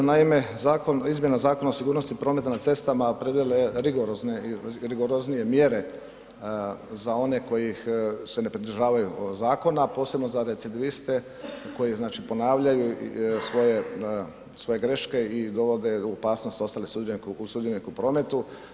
Naime Zakon o izmjenama Zakona o sigurnosti prometa na cestama ... rigorozne i rigoroznije mjere za one koji se ne pridržavaju zakona posebno za recidiviste koji znači ponavljaju svoje greške i dovode u opasnost ostale sudionike u prometu.